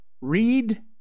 Read